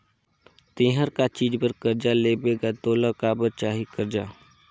ते हर का चीच बर बरजा लेबे गा तोला काबर चाही करजा